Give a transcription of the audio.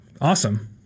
Awesome